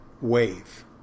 wave